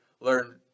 learn